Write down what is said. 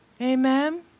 Amen